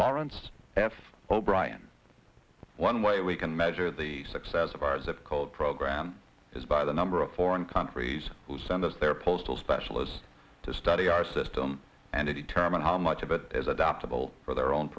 lawrence f o brian one way we can measure the success of our zip called program is by the number of foreign countries who send us their postal specialists to study our system and of determine how much of it as adoptable for their own